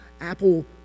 Apple